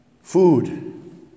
food